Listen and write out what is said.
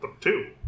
two